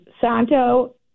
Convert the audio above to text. Santo